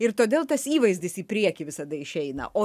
ir todėl tas įvaizdis į priekį visada išeina o